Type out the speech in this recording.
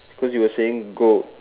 cause you were saying go